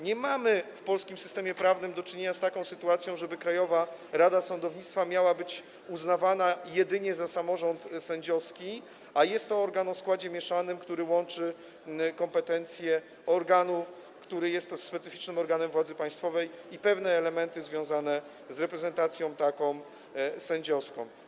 Nie mamy w polskim systemie prawnym do czynienia z taką sytuacją, żeby Krajowa Rada Sądownictwa miała być uznawana jedynie za samorząd sędziowski, a jest to organ o składzie mieszanym, który łączy kompetencje organu, który jest specyficznym organem władzy państwowej, i pewne elementy związane z reprezentacją sędziowską.